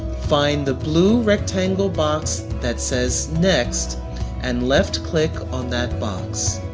find the blue rectangle box that says next and left click on that box.